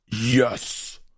yes